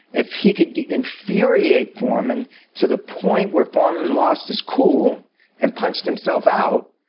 if he could infuriate foreman to the point where foreman lost his cool and punched himself out,